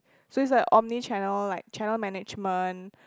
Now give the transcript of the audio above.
so it's like a omni-channel like channel management